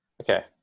Okay